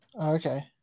Okay